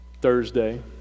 Thursday